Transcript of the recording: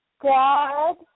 God